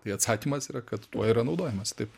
tai atsakymas yra kad tuo yra naudojamasi taip